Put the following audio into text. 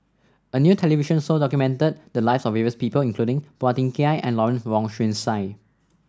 a new television show documented the lives of various people including Phua Thin Kiay and Lawrence Wong Shyun Tsai